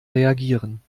reagieren